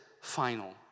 final